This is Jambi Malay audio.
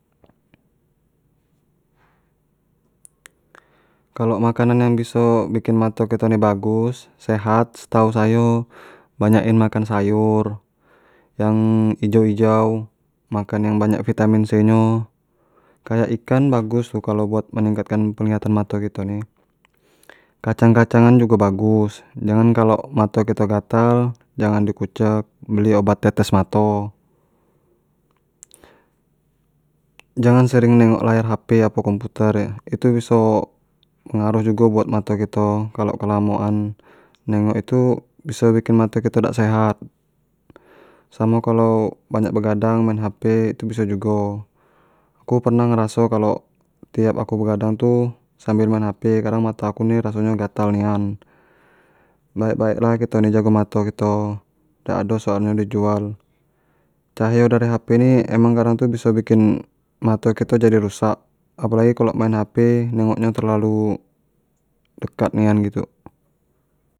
kalo makanan yang biso bikin mato kito ni bagus, sehat setau sayo banyak in makan sayur yang ijau-ijau, makan yang banyak vitamin c nyo, kayak ikan bagus tu kalo buat meningkatkan penglihatan mato kito ni, kacang-kacangan jugo bagus, jangan kalo mato kito gatal jangan di kucek beli obat tetes mato jangan sering nengok layer hp atau komputer itu biso pengaruh jugo buat mato kito kalo kelamo an nengok itu biso bikin mato kito dak sehat, samo kalau banyak begadang main hp itu biso jugo, aku pernah ngeraso kalo tiap aku begadang tu sambal main hp kadang mato ku tu raso nyo gatal nian, baek-baek lah kito ni jago mato kito, dak ado soalnyo di jual, cahayo dari hp ni emang kadang tu biso bikin mato kito jadi rusak, apo lagi kalo lagi main hp negok nyo tu terlalu dekat nian gitu.